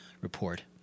report